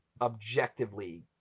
objectively